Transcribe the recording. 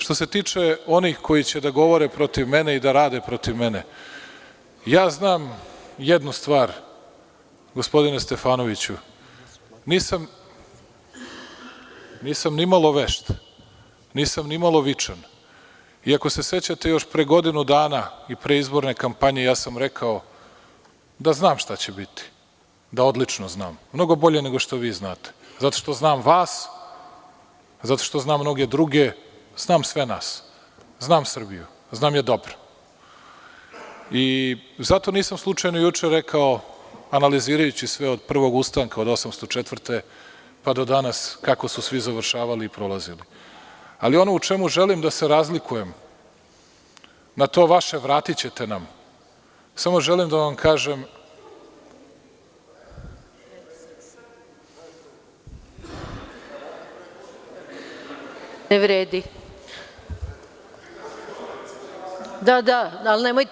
Što se tiče onih koji će da govore protiv mene i da rade protiv mene, znam jednu stvar, gospodine Stefanoviću, nisam ni malo vešt, nisam ni malo vičan, iako se sećate još pre godinu dana i pre izborne kampanje, rekao sam da znam šta će biti, odlično znam, mnogo bolje nego što vi znate, zato što znam vas, zato što znam mnoge druge, znam sve nas, znam Srbiju, znam je dobro i zato nisam slučajno juče rekao analizirajući sve od Prvog ustanka od 1804. godine pa do danas kako su svi završavali i prolazili, ali ono o čemu želim da se razlikujem na to vaše „vratićete nam“, samo želim da vam kažem … (Borislav Stefanović, s mesta: Nemojte to.